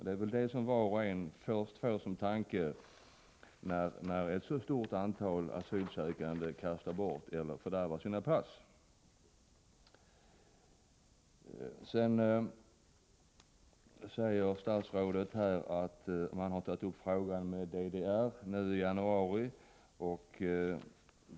Detta är vad var och en först får i åtanke, när ett så stort antal asylsökande kastar bort eller fördärvar sina pass. Statsrådet säger att man har tagit upp frågan med DDR nu i januari.